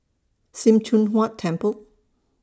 SIM Choon Huat Temple